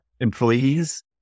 employees